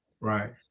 Right